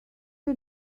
you